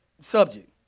subject